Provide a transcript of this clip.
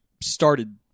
started